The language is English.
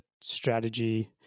strategy